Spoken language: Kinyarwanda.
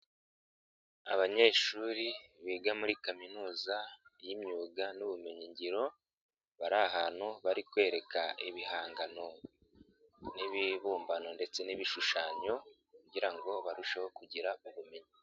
Abanyeshuri biga muri Kaminuza y'imyuga n'ubumenyingiro, bari ahantu bari kwereka ibihangano n'ibibumbano ndetse n'ibishushanyo kugira ngo barusheho kugira ubumenyi.